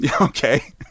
Okay